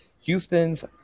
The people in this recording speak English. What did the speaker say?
houston's